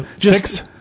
Six